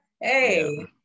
hey